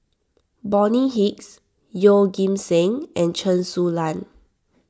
Bonny Hicks Yeoh Ghim Seng and Chen Su Lan